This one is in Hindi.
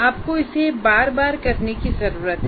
आपको इसे बार बार करने की ज़रूरत है